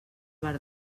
bar